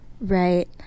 Right